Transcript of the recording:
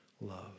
love